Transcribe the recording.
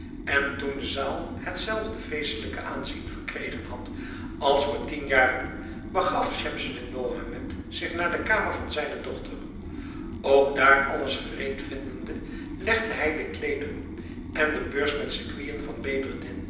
en toen de zaal het zelfde feestelijk aanzien verkregen had als voor tien jaren begaf schemseddin mohammed zich naar de kamer van zijne dochter ook daar alles gereed vindende legde hij de kleederen en de beurs met sequinen van